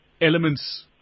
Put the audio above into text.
elements